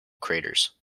craters